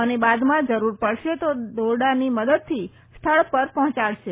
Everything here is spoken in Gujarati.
અને બાદમાં જરૂર પડશે તો દોરડાની મદદથી સ્થળ પર પહોંચાડશે